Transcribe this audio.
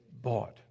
bought